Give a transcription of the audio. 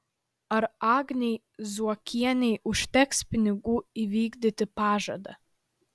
ar agnei zuokienei užteks pinigų įvykdyti pažadą